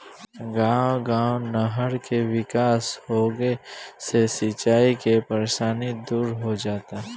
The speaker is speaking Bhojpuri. गांव गांव नहर के विकास होंगे से सिंचाई के परेशानी दूर हो जाता